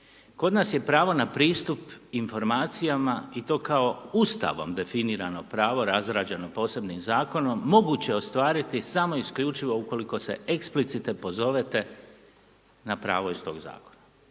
Kod nas je pravo na pristup informacijama i to kao Ustavom definirano pravo razrađeno posebnim Zakonom, moguće ostvariti samo isključivo ukoliko se eksplicite pozovete na pravo iz tog Zakona.